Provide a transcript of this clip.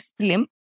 slim